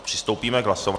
Přistoupíme k hlasování.